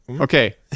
Okay